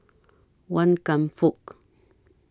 Wan Kam Fook